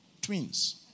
Twins